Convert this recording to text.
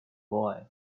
boy